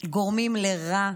גורמים רע,